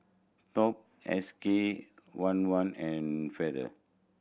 Top S K one one and Feather